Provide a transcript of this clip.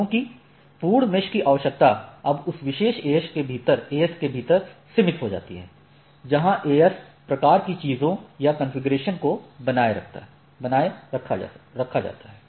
क्योंकि पूर्ण मेश की आवश्यकता अब उस विशेष AS के भीतर सीमित हो जाती है जहाँ AS प्रकार की चीज़ों या कॉन्फ़िगरेशन को बनाए रखा जाता है